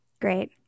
Great